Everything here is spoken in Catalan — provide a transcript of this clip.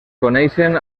coneixen